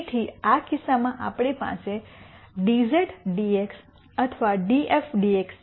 તેથી આ કિસ્સામાં આપણી પાસે dz dx અથવા df dx છે